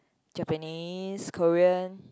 Japanese Korean